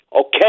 Okay